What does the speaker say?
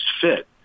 fit